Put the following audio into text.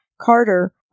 Carter